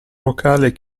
locale